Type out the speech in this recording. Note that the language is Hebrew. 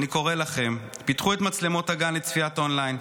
אני קורא לכן: פתחו את מצלמות הגן לצפייה און-ליין,